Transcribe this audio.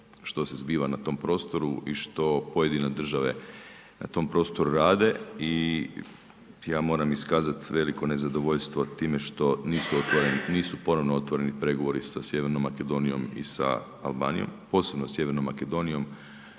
što se zbiva na tom prostoru i što pojedine države na tom prostoru rade i ja moram iskazati veliko nezadovoljstvo time što nisu ponovno otvoreni pregovori sa Sjevernom Makedonijom i Albanijom, posebno sa Sjevernom Makedonijom